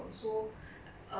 ya 你不知道 meh